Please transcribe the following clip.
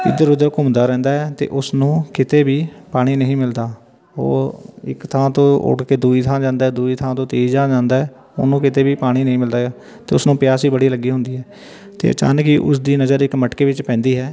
ਇੱਧਰ ਉੱਧਰ ਘੁੰਮਦਾ ਰਹਿੰਦਾ ਹੈ ਅਤੇ ਉਸ ਨੂੰ ਕਿਤੇ ਵੀ ਪਾਣੀ ਨਹੀਂ ਮਿਲਦਾ ਉਹ ਇੱਕ ਥਾਂ ਤੋਂ ਉੱਡ ਕੇ ਦੂਜੀ ਥਾਂ ਜਾਂਦਾ ਦੂਜੀ ਥਾਂ ਤੋਂ ਤੀਜੀ ਥਾਂ ਜਾਂਦਾ ਹੈ ਉਹਨੂੰ ਕਿਤੇ ਵੀ ਪਾਣੀ ਨਹੀਂ ਮਿਲਦਾ ਹੈ ਅਤੇ ਉਸਨੂੰ ਪਿਆਸ ਹੀ ਬੜੀ ਲੱਗੀ ਹੁੰਦੀ ਹੈ ਅਤੇ ਅਚਾਨਕ ਹੀ ਉਸਦੀ ਨਜ਼ਰ ਇੱਕ ਮਟਕੇ ਵਿੱਚ ਪੈਂਦੀ ਹੈ